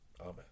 Amen